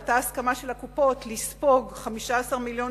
היתה הסכמה של הקופות לספוג 15 מיליון